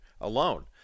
alone